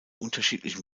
unterschiedlichen